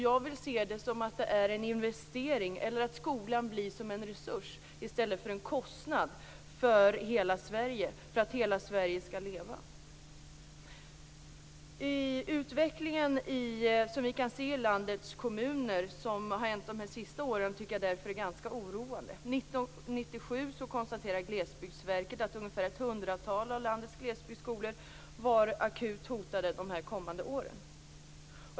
Jag vill se dem som en investering, dvs. att skolan är en resurs, i stället för en kostnad, för att hela Sverige skall leva. Jag tycker att den utveckling som vi kunnat se i landets kommuner under de senaste åren är ganska oroande. År 1997 konstaterade Glesbygdsverket att ungefär ett hundratal av landets glesbygdsskolor var akut hotade under de kommande åren.